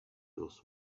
was